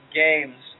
games